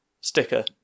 sticker